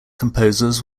composers